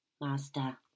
master